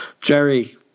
Jerry